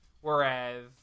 Whereas